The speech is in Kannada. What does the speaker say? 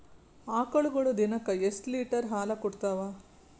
ಆಕಳುಗೊಳು ದಿನಕ್ಕ ಎಷ್ಟ ಲೀಟರ್ ಹಾಲ ಕುಡತಾವ?